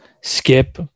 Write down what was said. skip